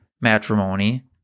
matrimony